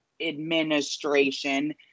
administration